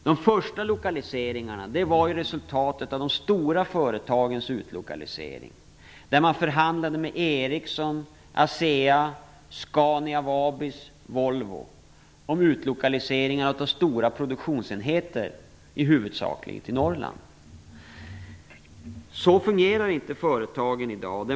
De första lokaliseringarna var resultatet av de stora företagens utlokalisering, där man förhandlade med Ericsson, Så fungerar inte företagen i dag.